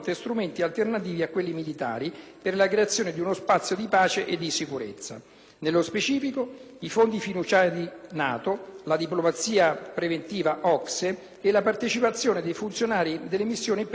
nello specifico, i fondi fiduciari NATO, la diplomazia preventiva OCSE e la partecipazione di funzionari alle missioni PESD, la politica estera e di sicurezza dell'Unione europea.